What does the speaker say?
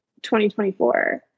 2024